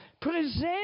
Present